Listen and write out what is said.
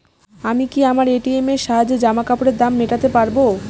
আমি কি আমার এ.টি.এম এর সাহায্যে জামাকাপরের দাম মেটাতে পারব?